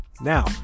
Now